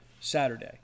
Saturday